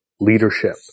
leadership